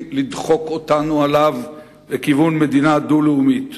לדחוק אותנו עליו לכיוון מדינה דו-לאומית.